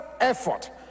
effort